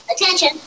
Attention